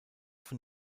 von